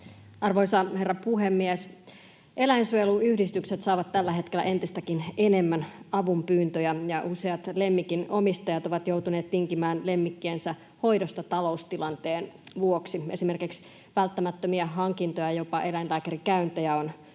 Arvoisa herra puhemies! Eläinsuojeluyhdistykset saavat tällä hetkellä entistäkin enemmän avunpyyntöjä, ja useat lemmikinomistajat ovat joutuneet tinkimään lemmikkiensä hoidosta taloustilanteen vuoksi. Esimerkiksi välttämättömiä hankintoja, jopa eläinlääkärikäyntejä, on jouduttu